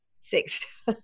six